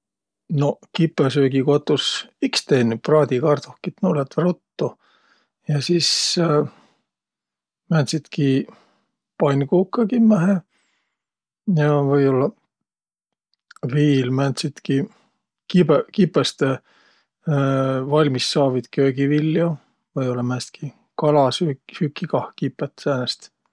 No kipõsöögikotus? Iks tennüq praadikardohkit – nuuq lätväq ruttu. Ja sis määntsitki pannkuukõ kimmähe ja või-ollaq viil määntsitki kibõ- kipõstõ valmissaavit köögiviljo. Või-ollaq määnestki kalasüü- -süüki kah kipõt säänest.